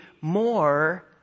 more